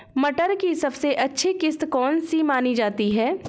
मटर की सबसे अच्छी किश्त कौन सी मानी जाती है?